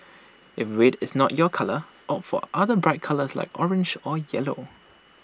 if red is not your colour opt for other bright colours like orange or yellow